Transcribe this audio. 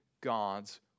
God's